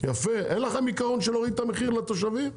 אין לכם עקרון של להוריד את המחיר לתושבים?